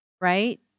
Right